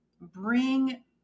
bring